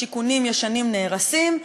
שיכונים ישנים נהרסים,